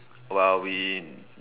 well we